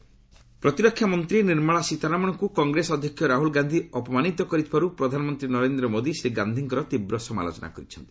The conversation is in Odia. ପିଏମ୍ ଆଗ୍ରା ପ୍ରତିରକ୍ଷାମନ୍ତ୍ରୀ ନିର୍ମଳା ସୀତାରମଣଙ୍କୁ କଂଗ୍ରେସ ଅଧ୍ୟକ୍ଷ ରାହୁଳ ଗାନ୍ଧୀ ଅପମାନିତ କରିଥିବାରୁ ପ୍ରଧାନମନ୍ତ୍ରୀ ନରେନ୍ଦ୍ର ମୋଦି ଶ୍ରୀ ଗାନ୍ଧୀଙ୍କର ତୀବ୍ର ସମାଲୋଚନା କରିଛନ୍ତି